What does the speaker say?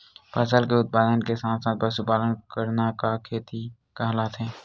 फसल के उत्पादन के साथ साथ पशुपालन करना का खेती कहलाथे?